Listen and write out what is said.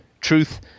truth-